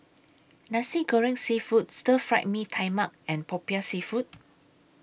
Nasi Goreng Seafood Stir Fried Mee Tai Mak and Popiah Seafood